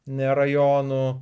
ne rajono